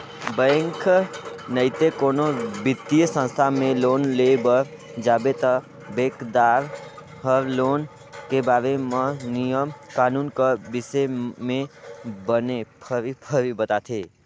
bank नइते कोनो बित्तीय संस्था में लोन लेय बर जाबे ता बेंकदार हर लोन के बारे म नियम कानून कर बिसे में बने फरी फरी बताथे